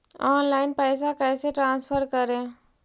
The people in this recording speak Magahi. ऑनलाइन पैसा कैसे ट्रांसफर कैसे कर?